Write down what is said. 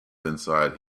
inside